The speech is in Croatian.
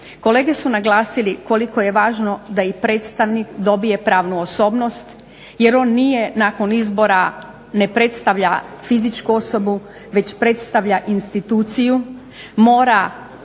Kolege su naglasili koliko je važno da i predstavnik dobije pravnu osobnost, jer on nije nakon izbora ne predstavlja fizičku osobu već predstavlja instituciju. Mora